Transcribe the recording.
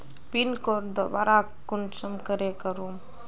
Pin code दोबारा कुंसम करे करूम?